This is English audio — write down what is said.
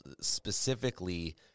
specifically